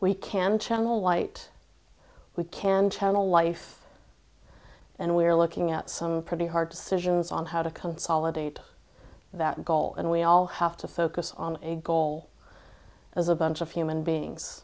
we can channel light we can channel life and we're looking at some pretty hard decisions on how to consolidate that goal and we all have to focus on a goal as a bunch of human beings